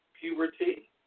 puberty